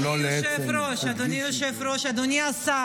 אדוני היושב-ראש, אדוני השר,